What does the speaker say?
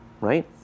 right